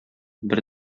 бер